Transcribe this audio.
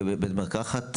כבית מרקחת,